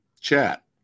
chat